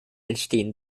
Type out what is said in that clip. entstehen